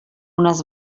unes